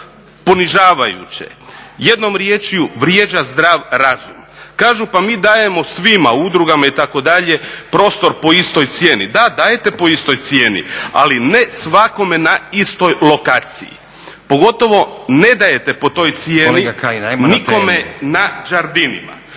ponižavajuće, jednom rječju vrijeđa zdrav razum. Kažu pa mi dajemo svima, udrugama itd., prostor po istoj cijeni. Da, dajete po istoj cijeni, ali ne svakome na istoj lokaciji, pogotovo ne dajte po toj cijeni nikome… **Stazić,